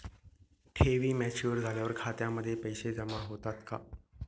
ठेवी मॅच्युअर झाल्यावर खात्यामध्ये पैसे जमा होतात का?